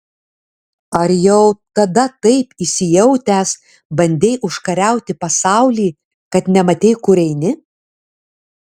ar jau tada taip įsijautęs bandei užkariauti pasaulį kad nematei kur eini